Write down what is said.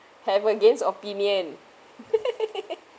have against opinion